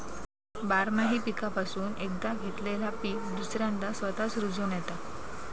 बारमाही पीकापासून एकदा घेतलेला पीक दुसऱ्यांदा स्वतःच रूजोन येता